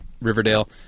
Riverdale